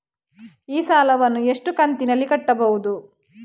ಈ ಸಾಲವನ್ನು ಎಷ್ಟು ಕಂತಿನಲ್ಲಿ ಕಟ್ಟಬಹುದು?